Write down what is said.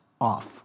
off